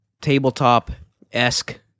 tabletop-esque